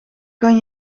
kan